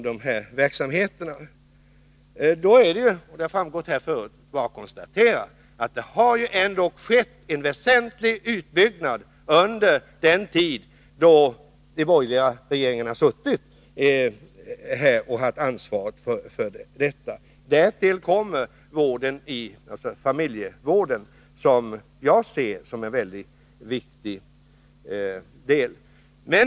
Det har framgått här tidigare att det ändå har skett en väsentlig utbyggnad under den tid då de borgerliga regeringarna har suttit och haft ansvaret för detta. Därtill kommer familjevården, som jag ser som en mycket viktig del.